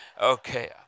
Okay